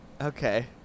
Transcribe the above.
Okay